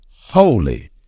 holy